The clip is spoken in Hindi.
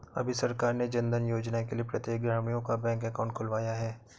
अभी सरकार ने जनधन योजना के लिए प्रत्येक ग्रामीणों का बैंक अकाउंट खुलवाया है